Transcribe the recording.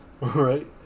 right